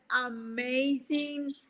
amazing